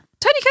Tony